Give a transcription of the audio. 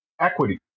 equity